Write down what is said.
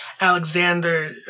Alexander